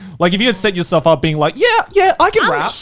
like if you had psyched yourself up being like, yeah, yeah, i can rap.